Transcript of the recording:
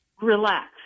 relax